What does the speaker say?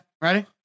Ready